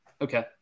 Okay